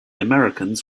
americans